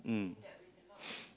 um